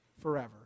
forever